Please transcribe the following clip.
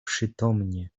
przytomnie